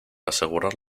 asegurar